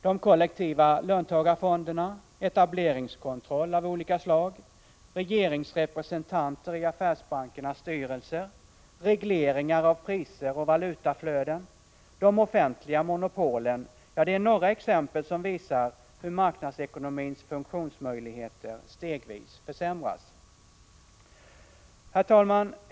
De kollektiva löntagarfonderna, etableringskontroll av olika slag, regeringsrepresentanter i affärsbankernas styrelser, regleringar av priser och valutaflöden och de offentliga monopolen är några exempel som visar hur marknadsekonomins funktionsmöjligheter stegvis försämras. Herr talman!